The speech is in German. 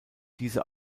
diese